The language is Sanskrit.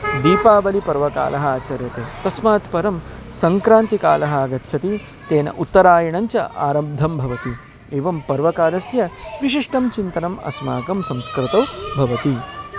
दीपावलिपर्वकालः आचर्यते तस्मात् परं सङ्क्रान्तिकालः आगच्छति तेन उत्तरायणञ्च आरब्धं भवति एवं पर्वकालस्य विशिष्टं चिन्तनम् अस्माकं संस्कृतौ भवति